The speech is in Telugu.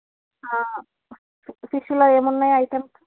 ఫిష్లో ఏమున్నాయ ఐటమ్స్